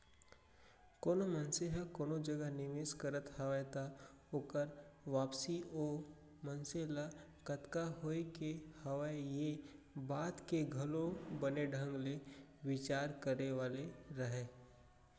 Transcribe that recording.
कोनो मनसे ह कोनो जगह निवेस करत हवय त ओकर वापसी ओ मनसे ल कतका होय के हवय ये बात के घलौ बने ढंग ले बिचार करे वाले हरय